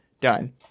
Done